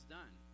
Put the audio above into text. done